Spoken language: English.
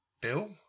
Bill